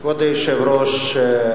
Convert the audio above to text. כבוד היושב-ראש,